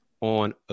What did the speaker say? on